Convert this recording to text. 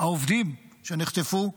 העובדים שנחטפו,